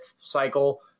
cycle